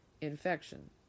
infection